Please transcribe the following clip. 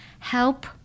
help